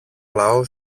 λαό